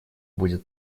будет